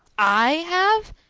i have?